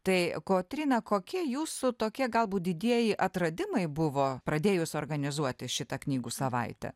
tai kotryna kokie jūsų tokie galbūt didieji atradimai buvo pradėjus organizuoti šitą knygų savaitę